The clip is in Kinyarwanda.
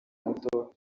muto